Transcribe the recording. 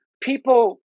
people